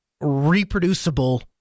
reproducible